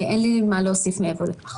אין לי מה להוסיף מעבר לכך.